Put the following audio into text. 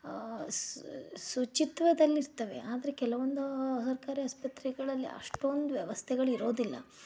ಸು ಶುಚಿತ್ವದಲ್ಲಿರ್ತವೆ ಆದರೆ ಕೆಲವೊಂದು ಸರ್ಕಾರಿ ಆಸ್ಪತ್ರೆಗಳಲ್ಲಿ ಅಷ್ಟೊಂದು ವ್ಯವಸ್ಥೆಗಳು ಇರೋದಿಲ್ಲ